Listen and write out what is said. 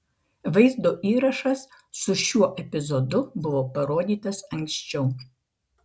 vaizdo įrašas su šiuo epizodu buvo parodytas anksčiau